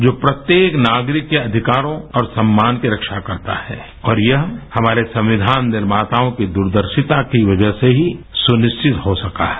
जो प्रत्येक नागरिक के अधिकारों और सम्मान की रक्षा करता है और यह हमारे संक्रियान निर्माताओं की दूरदर्शिता की वजह से ही सुनिश्रचित हो सका है